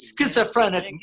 schizophrenic